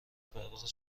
پرداخت